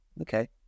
okay